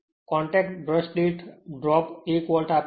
contact brush દીઠ drop 1 volt આપેલ છે